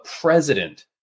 president